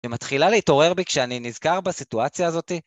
היא מתחילה להתעורר בי כשאני נזכר בסיטואציה הזאתי.